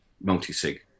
multi-sig